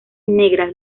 negras